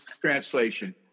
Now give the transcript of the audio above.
translation